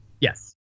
Yes